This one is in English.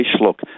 look